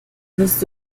bist